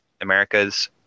Americas